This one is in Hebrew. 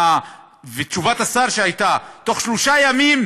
ותשובת השר הייתה: בתוך שלושה ימים